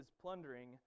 plundering